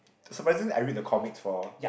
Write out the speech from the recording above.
surprisingly I read the comics for